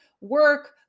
work